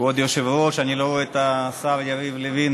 כבוד היושב-ראש, אני לא רואה את השר יריב לוין.